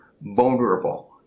vulnerable